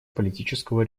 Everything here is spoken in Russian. политического